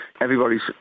everybody's